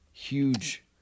huge